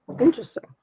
Interesting